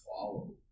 follow